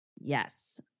Yes